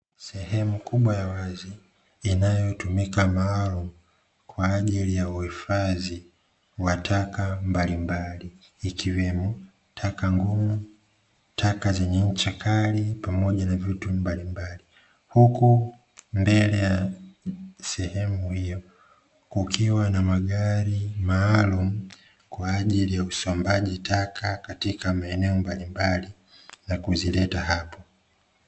Sehemu kubwa ya wazi inayotumika maalumu, kwa ajili ya uhifadhi wa taka mbalimbali, ikiwemo taka ngumu, taka zenye ncha kali, pamoja na vitu mbalimbali. Huku mbele ya sehemu hiyo, kukiwa na magari maalumu, kwa ajili ya usombaji taka katika maeneno mbalimbali na kuzileta hapo.